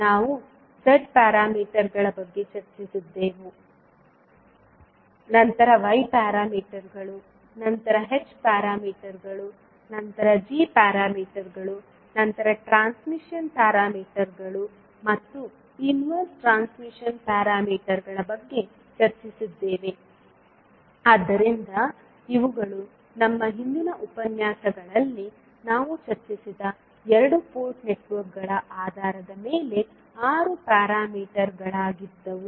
ನಾವು ಝೆಡ್ ಪ್ಯಾರಾಮೀಟರ್ಗಳ ಬಗ್ಗೆ ಚರ್ಚಿಸಿದ್ದೆವು ನಂತರ ವೈ ಪ್ಯಾರಾಮೀಟರ್ಗಳು ನಂತರ ಎಚ್ ಪ್ಯಾರಾಮೀಟರ್ಗಳು ನಂತರ ಜಿ ಪ್ಯಾರಾಮೀಟರ್ಗಳು ನಂತರ ಟ್ರಾನ್ಸ್ಮಿಷನ್ ಪ್ಯಾರಾಮೀಟರ್ಗಳು ಮತ್ತು ಇನ್ವೆರ್ಸ್ ಟ್ರಾನ್ಸ್ಮಿಶನ್ ಪ್ಯಾರಾಮೀಟರ್ಗಳ ಬಗ್ಗೆ ಚರ್ಚಿಸಿದ್ದೇವೆ ಆದ್ದರಿಂದ ಇವುಗಳು ನಮ್ಮ ಹಿಂದಿನ ಉಪನ್ಯಾಸಗಳಲ್ಲಿ ನಾವು ಚರ್ಚಿಸಿದ ಎರಡು ಪೋರ್ಟ್ ನೆಟ್ವರ್ಕ್ಗಳ ಆಧಾರದ ಮೇಲೆ 6 ಪ್ಯಾರಾಮೀಟರ್ಗಳಾಗಿದ್ದವು